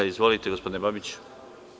Izvolite, gospodine Babiću.